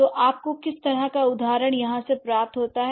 तो आपको किस तरह का उदाहरण यहाँ से प्राप्त होता है